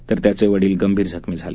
तर त्याचे वडील गंभीर जखमी झाले